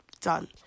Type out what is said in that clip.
done